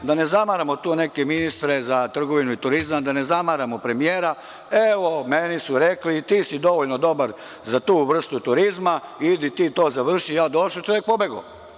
Da ne zamaramo tu neke ministre za trgovinu i turizam, da ne zamaramo premijera, evo meni su rekli - ti si dovoljno dobar za tu vrstu turizma idi ti to završi, ja došao, čovek pobegao.